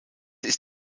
ist